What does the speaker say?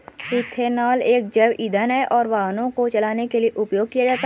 ethanol एक जैव ईंधन है और वाहनों को चलाने के लिए उपयोग किया जाता है